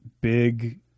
big